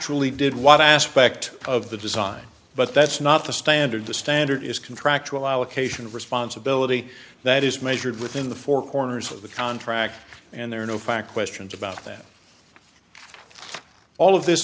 factually did what aspect of the design but that's not the standard the standard is contractual allocation of responsibility that is measured within the four corners of the contract and there are no fire questions about that all of this